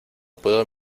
puedo